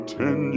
ten